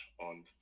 on